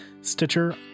stitcher